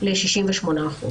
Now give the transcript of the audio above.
ל-68%.